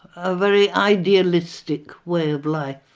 a very idealistic way of life.